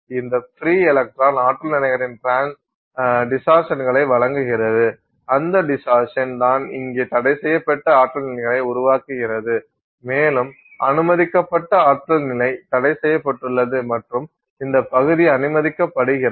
இந்த free electron ஆற்றல் நிலைகளின் டிஸ்டார்சன்களை வழங்குகிறது அந்த டிஸ்டார்சன் தான் இங்கே தடைசெய்யப்பட்ட ஆற்றல் நிலைகளை உருவாக்குகிறது மேலும் அனுமதிக்கப்பட்ட ஆற்றல் நிலை தடைசெய்யப்பட்டுள்ளது மற்றும் இந்த பகுதி அனுமதிக்கப்படுகிறது